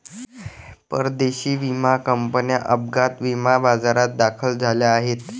परदेशी विमा कंपन्या अपघात विमा बाजारात दाखल झाल्या आहेत